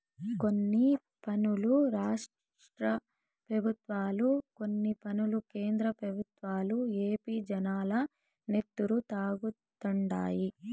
కొన్ని పన్నులు రాష్ట్ర పెబుత్వాలు, కొన్ని పన్నులు కేంద్ర పెబుత్వాలు ఏపీ జనాల నెత్తురు తాగుతండాయి